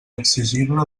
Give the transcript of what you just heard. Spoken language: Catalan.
exigible